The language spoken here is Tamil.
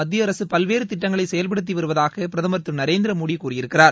மத்தியஅரசு பல்வேறு திட்டங்களை செயல்படுத்தி வருவதாக பிரதமர் திரு நரேந்திரமோடி கூறியிருக்கிறார்